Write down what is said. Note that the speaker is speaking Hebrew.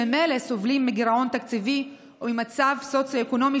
שממילא סובלים מגירעון תקציבי וממצב סוציו-אקונומי